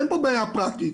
אין פה בעיה פרקטית.